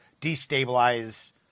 destabilize